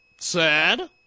sad